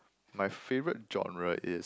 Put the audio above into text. my favourite genre is